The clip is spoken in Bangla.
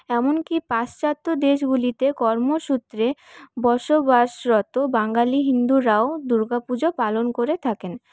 এমনকি পাশ্চাত্য দেশগুলিতে কর্মসূত্রে বসবাসরত বাঙালি হিন্দুরাও দুর্গাপুজো পালন করে থাকেন